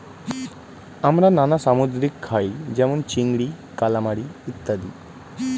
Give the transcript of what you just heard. আমরা নানা সামুদ্রিক খাই যেমন চিংড়ি, কালামারী ইত্যাদি